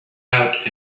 out